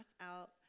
out